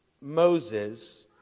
Moses